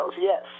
yes